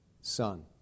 son